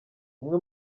umwe